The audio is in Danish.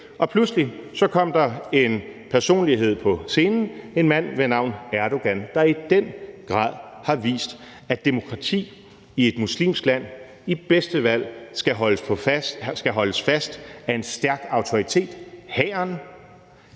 Pludselig kom der så en personlighed på scenen, en mand ved navn Erdogan, der i den grad har vist, at demokrati i et muslimsk land i bedste fald skal holdes fast af en stærk autoritet, hæren,